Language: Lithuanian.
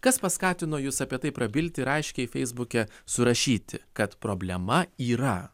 kas paskatino jus apie tai prabilti ir aiškiai feisbuke surašyti kad problema yra